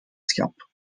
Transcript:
schap